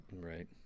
Right